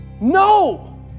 No